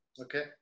Okay